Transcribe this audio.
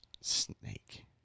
snake